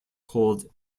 called